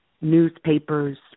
newspapers